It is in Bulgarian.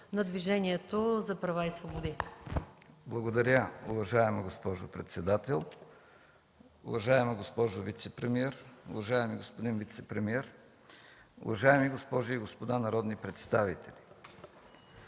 на Движението за права и свободи. ЛЮТНИ МЕСТАН (ДПС): Благодаря, уважаема госпожо председател. Уважаема госпожо вицепремиер, уважаеми господин вицепремиер, уважаеми госпожи и господа народни представители!